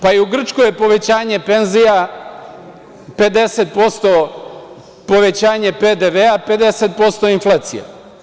Pa, i u Grčkoj je povećanje penzija, 50% povećanje PDV, 50% inflacija.